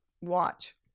watch